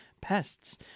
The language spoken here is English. pests